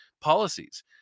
policies